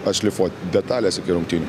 atšlifuot detales iki rungtynių